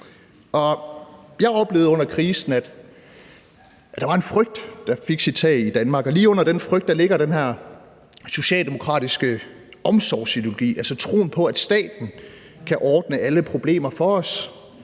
jeg oplevede under krisen, at der var en frygt, der fik sit tag i Danmark, og lige under den frygt ligger den her socialdemokratiske omsorgsideologi, altså troen på, at staten kan ordne alle problemer for os: